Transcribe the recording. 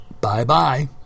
Bye-bye